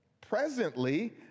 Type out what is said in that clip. Presently